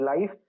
life